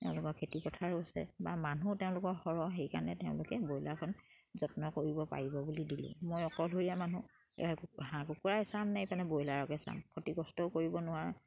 তেওঁলোকৰ খেতি পথাৰো আছে বা মানুহ তেওঁলোকৰ সৰহ সেইকাৰণে তেওঁলোকে ব্ৰইলাৰখন যত্ন কৰিব পাৰিব বুলি দিলে মই অকলশৰীয়া মানুহ হাঁহ কুকুৰাই চাম নে এইফালে ব্ৰইলাৰকে চাম ক্ষতি কষ্টও কৰিব নোৱাৰে